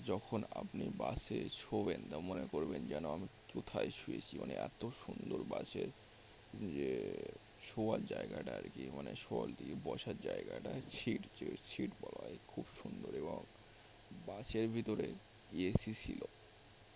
যখন আপনি বাসে শোবেন তা মনে করবেন যেন আমি কোথায় শুয়েছি মানে এত সুন্দর বাসের যে শোয়ার জায়গাটা আর কি মানে শোয়ার দিয়ে বসার জায়গাটা সিট যে সিট বলা হয় খুব সুন্দর এবং বাসের ভিতরে এসি ছিল